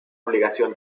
obligación